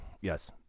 Yes